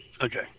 Okay